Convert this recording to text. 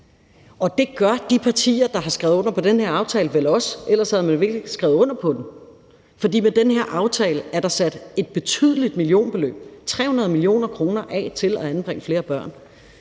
Og det gør de partier, der har skrevet under på den her aftale, vel også. Ellers havde man vel ikke skrevet under på den. For med den her aftale er der sat et betydeligt millionbeløb – 300 mio. kr. – af til at anbringe flere børn.